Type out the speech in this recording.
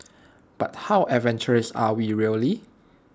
but how adventurous are we really